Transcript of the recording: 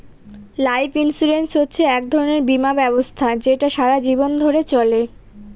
life insurance হচ্ছে এক ধরনের বীমা ব্যবস্থা যেটা সারা জীবন ধরে চলে